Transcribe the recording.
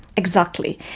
exactly.